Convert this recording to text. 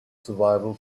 survival